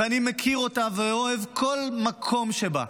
ואני מכיר אותה ואוהב כל מקום בה.